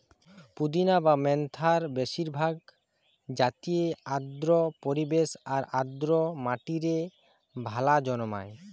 পুদিনা বা মেন্থার বেশিরভাগ জাতিই আর্দ্র পরিবেশ আর আর্দ্র মাটিরে ভালা জন্মায়